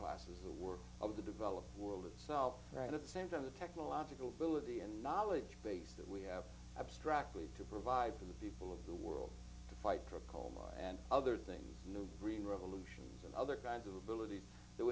classes the work of the developed world itself right at the same time the technological ability and knowledge base that we have abstractly to provide to the people of the world to fight drug coma and other things in the green revolution and other kinds of abilities that